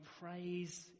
praise